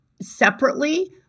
separately